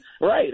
Right